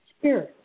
spirits